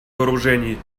вооружений